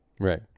right